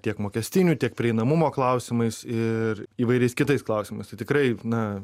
tiek mokestinių tiek prieinamumo klausimais ir įvairiais kitais klausimais tai tikrai na